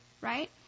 right